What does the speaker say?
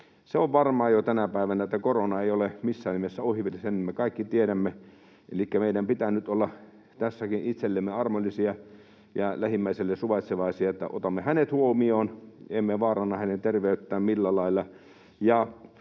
Se on varmaa jo tänä päivänä, että korona ei ole missään nimessä ohi, sen me kaikki tiedämme. Elikkä meidän pitää nyt olla tässäkin itsellemme armollisia ja lähimmäiselle suvaitsevaisia, niin että otamme hänet huomioon, emme vaaranna hänen terveyttään millään lailla